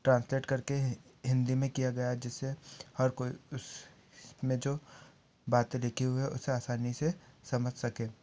translate करके हिन्दी में किया गया है जिसे हर कोई उस में जो बातें लिखी हुई है उसे आसानी से समझ सके